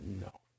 no